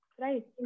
Right